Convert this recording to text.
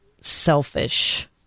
selfish